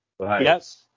Yes